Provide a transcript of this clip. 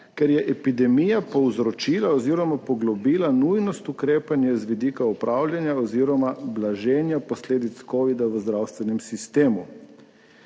Ker je epidemija povzročila oziroma poglobila nujnost ukrepanja z vidika upravljanja oziroma blaženja posledic covida v zdravstvenem sistemu.